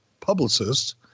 publicist